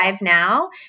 now